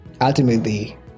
ultimately